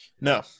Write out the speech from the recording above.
No